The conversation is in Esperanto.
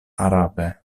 arabe